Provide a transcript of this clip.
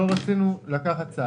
בשל כל זאת לא רצינו לקחת צד